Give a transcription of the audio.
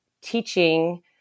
teaching